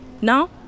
Now